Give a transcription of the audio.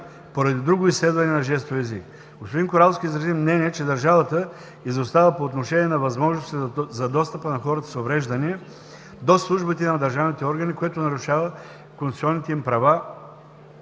поради друго изследване на жестовия език. Господин Коралски изрази мнение, че държавата изостава по отношение на възможностите за достъпа на хората с увреждания до службите на държавните органи, което нарушава конституционните им права.